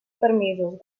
permisos